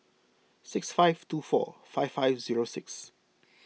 six five two four five five zero six